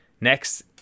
next